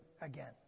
again